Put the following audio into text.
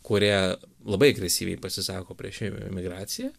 kurie labai agresyviai pasisako prieš emigraciją